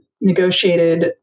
negotiated